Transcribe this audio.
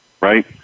Right